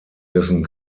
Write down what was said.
dessen